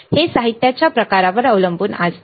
हे साहित्याच्या प्रकारावर अवलंबून असते